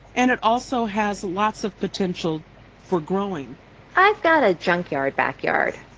and it also has lots of potential for growing i've got a junkyard backyard.